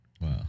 Wow